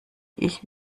ich